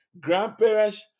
grandparents